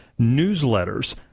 newsletters